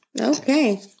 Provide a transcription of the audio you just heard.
Okay